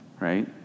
Right